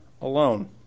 alone